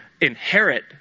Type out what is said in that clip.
inherit